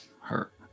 hurt